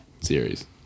series